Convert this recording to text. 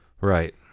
right